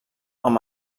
amb